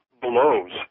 blows